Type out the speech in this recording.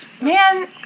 Man